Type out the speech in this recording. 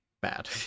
bad